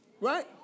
Right